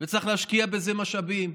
וצריך להשקיע בזה משאבים.